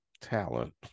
talent